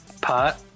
pot